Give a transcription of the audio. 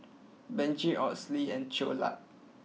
Benji Odalys and Cleola